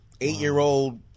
eight-year-old